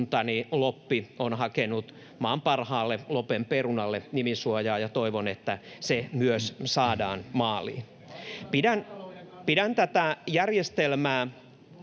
Loppi on hakenut maan parhaalle Lopen perunalle nimisuojaa, ja toivon, että se myös saadaan maaliin. [Tuomas Kettusen